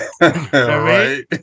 right